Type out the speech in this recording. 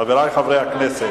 חברי חברי הכנסת,